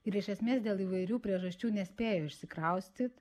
ir iš esmės dėl įvairių priežasčių nespėjo išsikraustyt